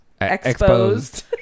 Exposed